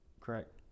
Correct